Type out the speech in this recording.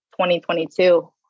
2022